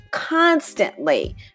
constantly